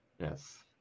Yes